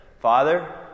Father